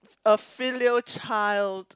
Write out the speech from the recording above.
a filial child